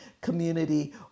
community